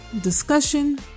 discussion